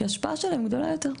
כי ההשפעה שלהם גדולה יותר.